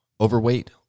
overweight